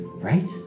right